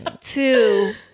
Two